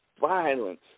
violence